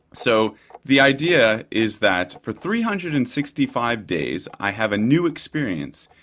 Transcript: so the idea is that for three hundred and sixty five days i have a new experience,